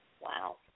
Wow